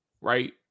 right